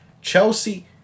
Chelsea